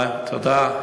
תודה.